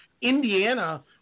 Indiana